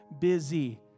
busy